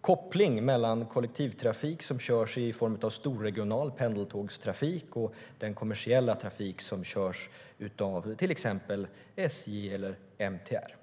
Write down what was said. kopplingen mellan kollektivtrafik som körs i form av storregional pendeltågstrafik och den kommersiella trafik som körs av till exempel SJ eller MTR.